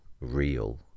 real